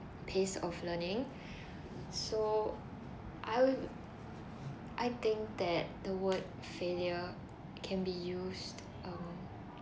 pace of learning so I would I think that the word failure can be used um